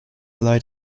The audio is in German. leid